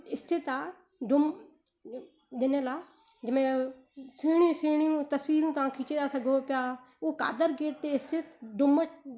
स्थित आहे डूम ॾिनियलु आहे जंहिंमे सुहिणियूं सुहिणियूं तस्वीरूं तव्हां खीचे था सघो पिया उहो कादर गेट ते स्थित डूमस